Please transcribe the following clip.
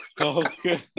Okay